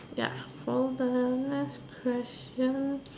ya for the next question